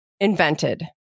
Invented